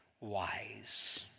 wise